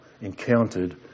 encountered